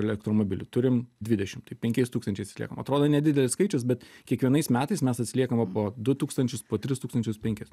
elektromobilių turim dvidešim tai penkiais tūkstančiais atsiliekam atrodo nedidelis skaičius bet kiekvienais metais mes atsiliekama po du tūkstančius po tris tūkstančius penkis